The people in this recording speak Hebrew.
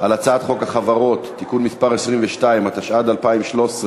על הצעת חוק החברות (תיקון מס 22), התשע"ד 2013,